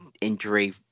injury